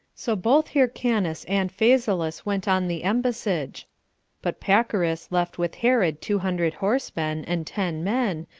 so both hyrcanus and phasaelus went on the embassage but pacorus left with herod two hundred horsemen, and ten men,